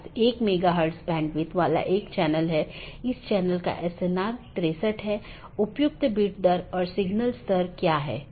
BGP version 4 में बड़ा सुधार है कि यह CIDR और मार्ग एकत्रीकरण को सपोर्ट करता है